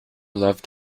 loved